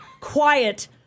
quiet